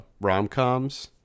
rom-coms